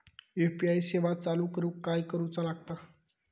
UPI सेवा चालू करूक काय करूचा लागता?